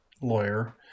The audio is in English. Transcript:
lawyer